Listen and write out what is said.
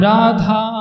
Radha